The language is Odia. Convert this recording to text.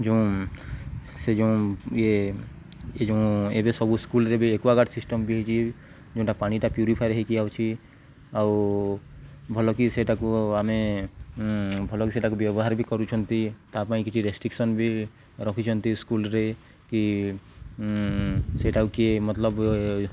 ଯେଉଁ ସେ ଯେଉଁ ଇଏ ଏ ଯେଉଁ ଏବେ ସବୁ ସ୍କୁଲ୍ରେ ବି ଏକ୍ୱଗାର୍ଡ଼ ସିଷ୍ଟମ୍ ବି ହେଇଛି ଯେଉଁଟା ପାଣିଟା ପ୍ୟୁରିଫାର୍ ହେଇକି ଆସୁଛିି ଆଉ ଭଲକି ସେଇଟାକୁ ଆମେ ଭଲକି ସେଇଟାକୁ ବ୍ୟବହାର ବି କରୁଛନ୍ତି ତା ପାଇଁ କିଛି ରେଷ୍ଟ୍ରିକସନ୍ ବି ରଖିଛନ୍ତି ସ୍କୁଲ୍ରେ କି ସେଇଟାକୁ କିଏ ମତଲବ